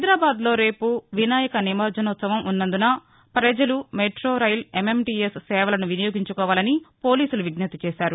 హైదరాబాద్లో రేపు వినాయక నిమజ్జనోత్సవం ఉన్నందున ప్రజలు మెటో రైలు ఎంఎంటీఎస్ సేవలను వినియోగించుకోవాలని పోలీసులు విజ్జప్తి చేశారు